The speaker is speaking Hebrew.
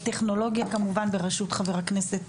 אני חברת ועדת כספים וטכנולוגיה בראשות חבר הכנסת